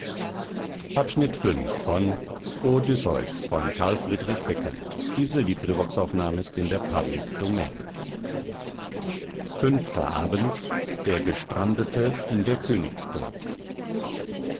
unbekannten volkes der gestrandete in der